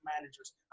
managers